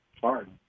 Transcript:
hard